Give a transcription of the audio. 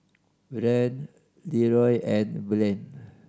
Rahn Leroy and Blaine